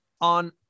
on